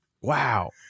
Wow